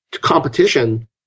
competition